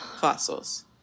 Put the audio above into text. fossils